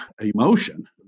emotion